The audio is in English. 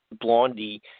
Blondie